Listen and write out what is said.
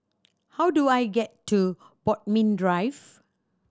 how do I get to Bodmin Drive